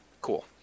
Cool